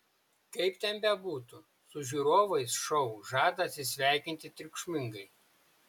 kaip ten bebūtų su žiūrovais šou žada atsisveikinti triukšmingai